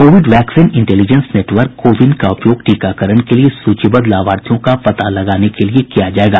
Covid vaccine intelligence network CoWIN का उपयोग टीकाकरण के लिए सूचीबद्ध लाभार्थियों का पता लगाने के लिए किया जाएगा